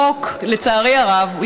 לצערי הרב,